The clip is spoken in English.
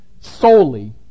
solely